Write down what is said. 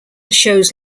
shows